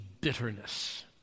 bitterness